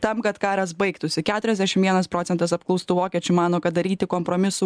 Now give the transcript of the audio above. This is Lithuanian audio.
tam kad karas baigtųsi keturiasdešim vienas procentas apklaustų vokiečių mano kad daryti kompromisų